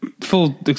full